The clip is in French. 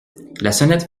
sonnette